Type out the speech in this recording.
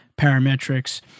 Parametrics